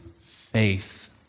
faith